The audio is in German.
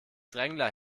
drängler